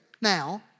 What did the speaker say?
now